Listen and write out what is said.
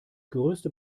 größte